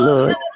Lord